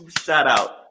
shout-out